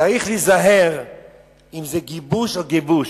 צריך להיזהר אם זה גיבוש או גבוש.